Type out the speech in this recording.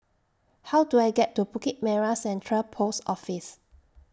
How Do I get to Bukit Merah Central Post Office